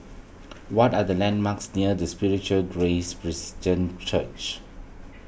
what are the landmarks near the Spiritual Grace Church